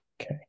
Okay